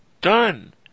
done